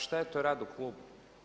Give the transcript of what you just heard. Šta je to rad u klubu?